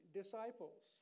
disciples